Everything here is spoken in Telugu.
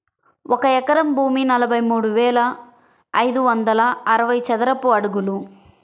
ఒక ఎకరం భూమి నలభై మూడు వేల ఐదు వందల అరవై చదరపు అడుగులు